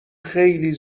خیلی